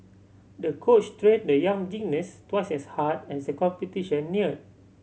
the coach trained the young gymnast twice as hard as the competition neared